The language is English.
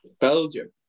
Belgium